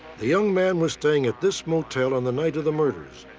the young man was staying at this motel on the night of the murders.